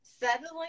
Settling